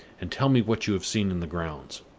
and tell me what you have seen in the grounds.